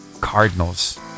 cardinals